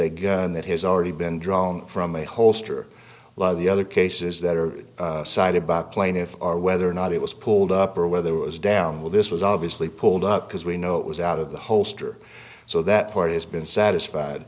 a gun that has already been drawn from a holster lot of the other cases that are cited by plaintiff are whether or not it was pulled up or whether it was down well this was obviously pulled up because we know it was out of the holster so that part has been satisfied